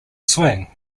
swing